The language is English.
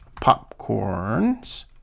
Popcorn's